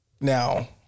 Now